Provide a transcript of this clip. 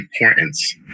importance